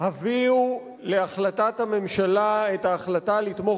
הביאו להחלטת הממשלה את ההחלטה לתמוך